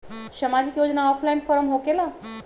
समाजिक योजना offline form होकेला?